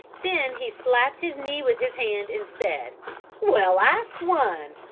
then he slapped his knee with his hand and said well, i swan!